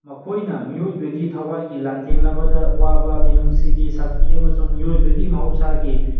ꯃꯈꯣꯏꯅ ꯃꯤꯑꯣꯏꯕꯒꯤ ꯊꯥꯋꯥꯏꯒꯤ ꯂꯥꯟꯊꯦꯡꯅꯕꯗ ꯋꯥꯕ ꯃꯤꯅꯤꯡꯁꯤꯒꯤ ꯁꯛꯇꯤ ꯑꯃꯁꯨꯡ ꯃꯤꯑꯣꯏꯕꯒꯤ ꯃꯍꯧꯁꯥꯒꯤ